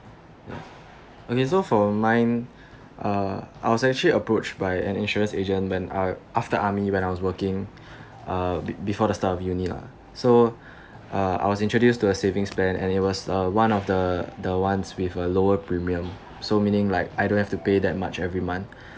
okay so for mine uh I was actually approached by an insurance agent when I after army when I was working uh be~ before the start of uni lah so uh I was introduced to a savings plan and it was uh one of the the one with a lower premium so meaning like I don't have to pay that much every month